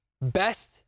best